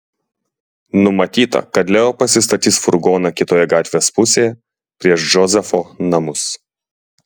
numatyta kad leo pasistatys furgoną kitoje gatvės pusėje prieš džozefo namus